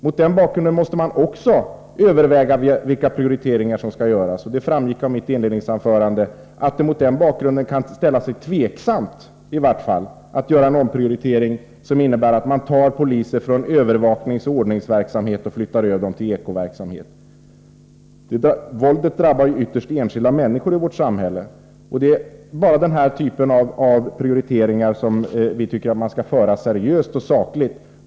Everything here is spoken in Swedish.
Mot den bakgrunden måste man också överväga vilka prioriteringar som skall göras, och det framgick av mitt inledningsanförande att det mot den bakgrunden kan te sig tveksamt — i varje fall — att göra en omprioritering som innebär att man tar poliser från övervakningsoch ordningsverksamhet och flyttar över dem till Eko-verksamhet. Våldet drabbar ju ytterst enskilda människor i vårt samhälle, och vi tycker att man skall diskutera den här typen av prioriteringar seriöst och sakligt.